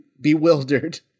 bewildered